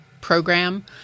program